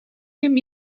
him